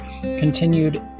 continued